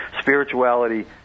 Spirituality